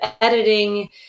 editing